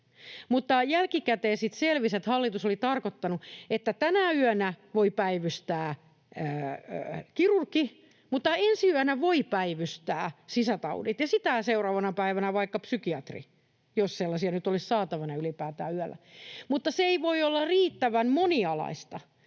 Mutta jälkikäteen sitten selvisi, että hallitus oli tarkoittanut, että tänä yönä voi päivystää kirurgi, mutta ensi yönä voi päivystää sisätaudit ja sitä seuraavana päivänä vaikka psykiatri, jos sellaisia nyt ylipäätään olisi saatavana yöllä. Mutta se ei voi olla riittävän monialaista,